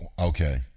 okay